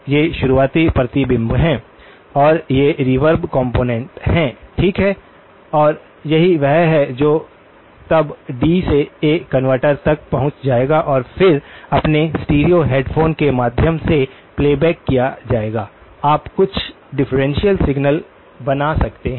ये शुरुआती प्रतिबिंब हैं और ये रिवर्ब कॉम्पोनेन्ट हैं ठीक है और यही वह है जो तब डी से ए कनवर्टर तक पहुंच जाएगा और फिर अपने स्टीरियो हेडफ़ोन के माध्यम से प्लेबैक किया जाएगा आप कुछ डिफरेंशियल सिग्नल बना सकते हैं